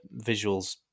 visuals